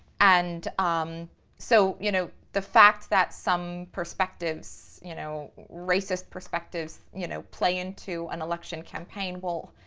and um so you know, the fact that some perspectives, you know, racist perspectives you know play into an election campaign, well,